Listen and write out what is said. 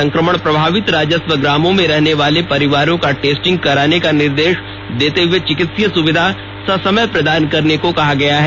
संक्रमण प्रभावित राजस्व ग्रामों में रहने वाले परिवारों का टेस्टिंग कराने का र्निदेश देते हुए चिकित्सीय सुविधा ससमय प्रदान करने को कहा है